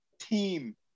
Team